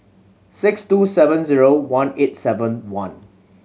six two seven zero one eight seven one